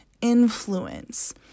influence